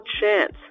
chance